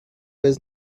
vez